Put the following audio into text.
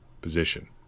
position